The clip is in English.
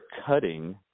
cutting